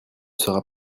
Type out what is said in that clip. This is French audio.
sera